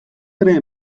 ere